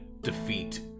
defeat